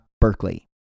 Berkeley